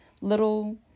little